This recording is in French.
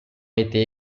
été